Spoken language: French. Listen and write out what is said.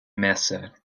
mercer